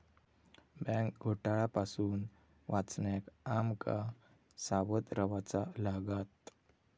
bank घोटाळा पासून वाचण्याक आम का सावध रव्हाचा लागात